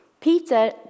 Peter